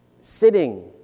sitting